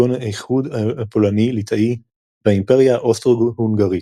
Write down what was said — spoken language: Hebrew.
כגון האיחוד הפולני-ליטאי והאימפריה האוסטרו-הונגרית.